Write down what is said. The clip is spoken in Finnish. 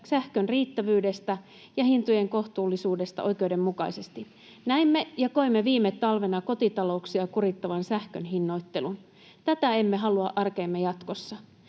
sähkön riittävyydestä ja hintojen kohtuullisuudesta oikeudenmukaisesti. Näimme ja koimme viime talvena kotitalouksia kurittavan sähkön hinnoittelun. Tätä emme halua arkeemme jatkossa.